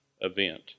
event